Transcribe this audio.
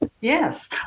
yes